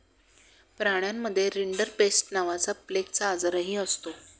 प्राण्यांमध्ये रिंडरपेस्ट नावाचा प्लेगचा आजारही असतो